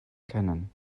kennen